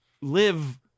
live